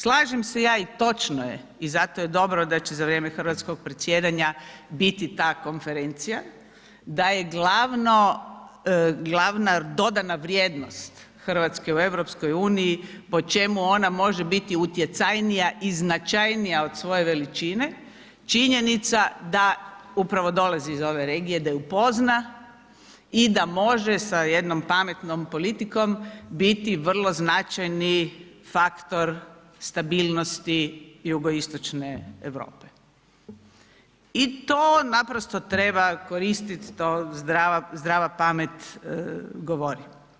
Slažem se ja i točno je i zato je dobro da će za vrijeme hrvatskog predsjedanja biti ta konferencija, da je glavna dodana vrijednost RH u EU po čemu ona može biti utjecajnija i značajnija od svoje veličine, činjenica da upravo dolazi iz ove regije da ju pozna i da može sa jednom pametnom politikom biti vrlo značajni faktor stabilnosti Jugoistočne Europe i to naprosto treba koristiti, to zdrava pamet govori.